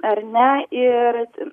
ar ne ir